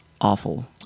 awful